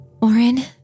Orin